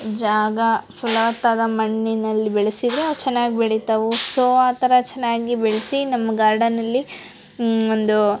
ಜಾಗ ಫಲವತ್ತಾದ ಮಣ್ಣಿನಲ್ಲಿ ಬೆಳೆಸಿದ್ರೆ ಅವು ಚೆನ್ನಾಗಿ ಬೆಳಿತವೆ ಸೊ ಆ ಥರ ಚೆನ್ನಾಗಿ ಬೆಳೆಸಿ ನಮ್ಮ ಗಾರ್ಡನ್ನಲ್ಲಿ ಒಂದು